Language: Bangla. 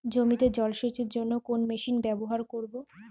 জমিতে জল সেচের জন্য কোন মেশিন ব্যবহার করব?